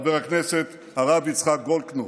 חבר הכנסת הרב יצחק גולדקנופ,